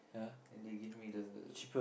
and they give me the